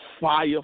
Fire